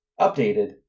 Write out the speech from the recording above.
updated